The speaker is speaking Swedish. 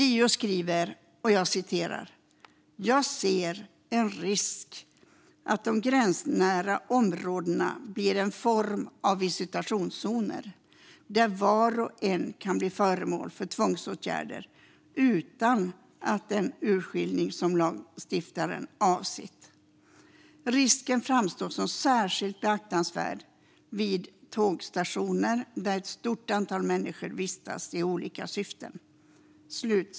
JO skriver: "Jag ser en risk att de gränsnära områdena blir en form av visitationszoner där var och en kan bli föremål för tvångsåtgärder utan den urskiljning som lagstiftaren avsett. Risken framstår som särskilt beaktansvärd vid tågstationer där ett stort antal människor vistas i olika syften."